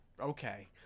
okay